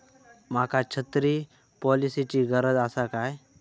माका छत्री पॉलिसिची गरज आसा काय?